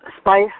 spice